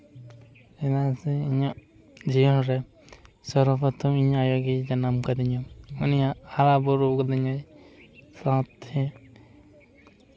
ᱪᱮᱫᱟᱜ ᱥᱮ ᱤᱧᱟᱹᱜ ᱡᱤᱭᱚᱱ ᱨᱮ ᱥᱚᱨᱵᱚᱯᱚᱨᱛᱷᱚᱢ ᱤᱧ ᱟᱭᱳ ᱜᱮᱭ ᱡᱟᱱᱟᱢ ᱠᱟᱫᱤᱧᱟ ᱩᱱᱤᱭᱟᱜ ᱦᱟᱨᱟᱵᱩᱨᱩ ᱟᱠᱟᱫᱤᱧᱟ ᱥᱟᱶᱛᱮ